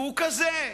והוא כזה,